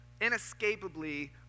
inescapably